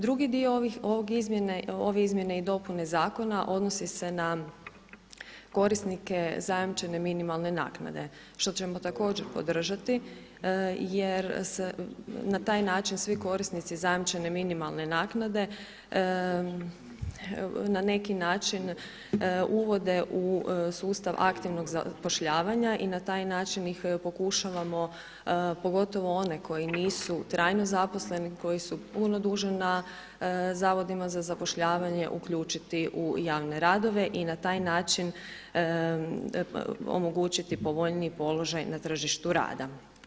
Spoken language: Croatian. Drugi dio ove izmjene i dopune zakona odnose se korisnike zajamčene minimalne naknade, što ćemo također podržati jer na taj način svi korisnici zajamčene minimalne naknade na neki način uvode u sustav aktivnog zapošljavanja i na taj način ih pokušavamo pogotovo one koji nisu trajno zaposleni, koji su puno duže na zavodima za zapošljavanje uključiti u javne radove i na taj način omogućiti povoljniji položaj na tržištu rada.